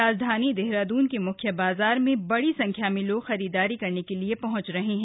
राजधानी देहरादून के मुख्य बाजार में बड़ी संख्या में लोग खरीदारी करने के लिए पहुंच रहे हैं